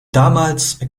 damals